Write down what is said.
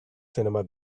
cinema